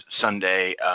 Sunday